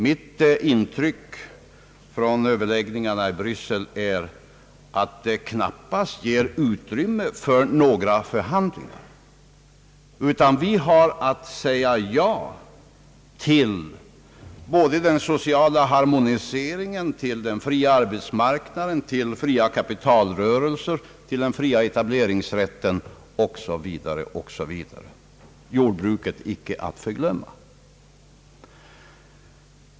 Mitt intryck från överläggningarna i Bryssel är att det knappast ger utrymme för några förhandlingar, utan att vi har att säga ja till både den sociala harmonieringen, den fria arbetsmarknaden, de fria kapitalrörelserna och till den fria etableringsrätten — jordbruket icke att förglömma.